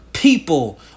People